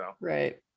Right